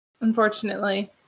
Unfortunately